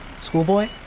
Schoolboy